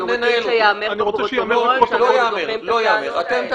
אנחנו רוצים שיאמר לפרוטוקול שאנחנו דוחים את הטענות האלה.